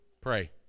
Pray